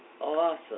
awesome